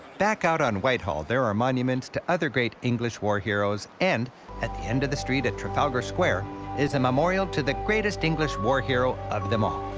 back out on whitehall there are monuments to other great english war heroes and at the end of the street at trafalgar square is a memorial to the greatest english war hero of them all.